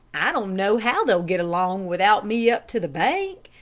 i don't know how they'll get along without me up to the bank.